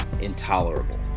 intolerable